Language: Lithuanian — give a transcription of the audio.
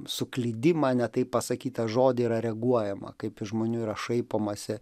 suklydimą ne taip pasakytą žodį yra reaguojama kaip iš žmonių yra šaipomasi